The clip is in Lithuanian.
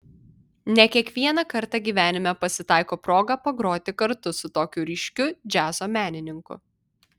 ne kiekvieną kartą gyvenime pasitaiko proga pagroti kartu su tokiu ryškiu džiazo menininku